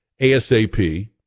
ASAP